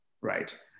right